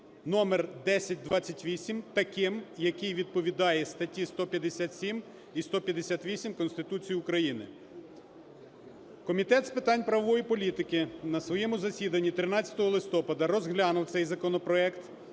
номер 1028 таким, який відповідає статтям 157 і 158 Конституції України. Комітет з питань правової політики на своєму засіданні 13 листопада розглянув цей законопроект